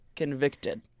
convicted